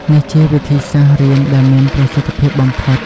នេះជាវិធីសាស្ត្ររៀនដែលមានប្រសិទ្ធភាពបំផុត។